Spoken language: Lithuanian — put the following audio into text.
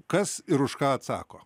kas ir už ką atsako